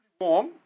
warm